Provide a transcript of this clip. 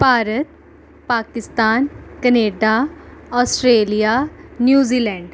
Bharat Pakistan Canada Australia New Zealand